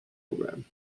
program